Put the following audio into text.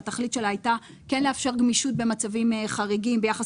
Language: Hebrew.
שהתכלית שלה הייתה כן לאפשר גמישות במצבים חריגים ביחס